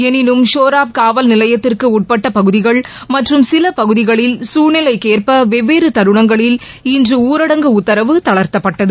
எனினும் ஷோராப் காவல் நிலையத்திற்கு உட்பட்ட பகுதிகள் மற்றும் சில பகுதிகளில் சூழ்நிலைக்கேற்ப வெவ்வேறு தருணங்களில் இன்று ஊரடங்கு உத்தரவு தளர்த்தப்பட்டது